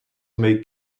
may